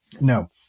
No